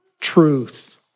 Truth